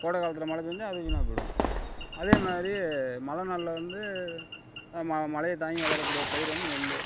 கோடை காலத்தில் மழை பேய்ஞ்சா அது வீணாக போய்டும் அதே மாதிரி மழை நாளில் வந்து மழையை தாங்கி வளர கூடிய பயிர் வந்து நெல்